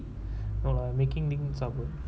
no lah I making things up what